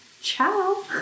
Ciao